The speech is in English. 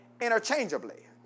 interchangeably